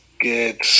good